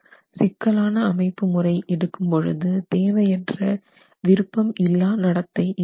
சிக்கலான அமைப்பு முறை எடுக்கும் பொழுது தேவையற்ற விருப்பம் இல்லா நடத்தை ஏற்படும்